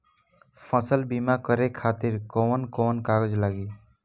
फसल बीमा करे खातिर कवन कवन कागज लागी?